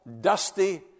dusty